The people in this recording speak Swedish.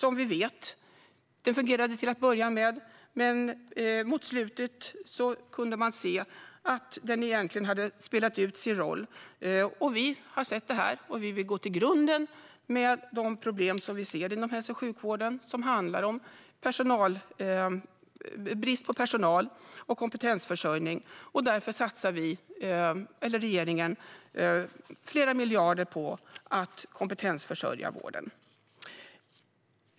Vi vet att den fungerade till en början. Men mot slutet kunde vi se att den egentligen hade spelat ut sin roll. Vi har sett detta. Vi vill gå till botten med de problem som vi ser inom hälso och sjukvården, som handlar om brist på personal och om kompetensförsörjning. Därför satsar regeringen flera miljarder på att kompetensförsörja vården.